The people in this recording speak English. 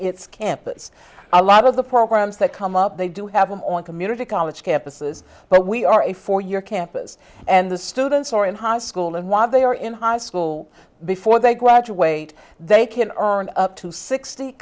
its campus a lot of the programs that come up they do have them on community college campuses but we are a four year campus and the students are in high school and while they are in high school before they graduate they can earn up to sixty